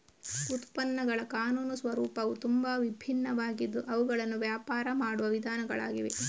ಉತ್ಪನ್ನಗಳ ಕಾನೂನು ಸ್ವರೂಪವು ತುಂಬಾ ವಿಭಿನ್ನವಾಗಿದ್ದು ಅವುಗಳನ್ನು ವ್ಯಾಪಾರ ಮಾಡುವ ವಿಧಾನಗಳಾಗಿವೆ